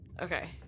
okay